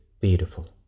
beautiful